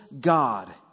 god